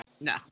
No